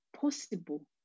possible